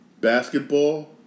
basketball